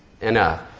enough